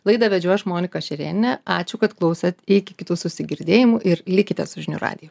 laidą vedžiau aš monika šerėnienė ačiū kad klausėt iki kitų susigirdėjimų ir likite su žinių radiju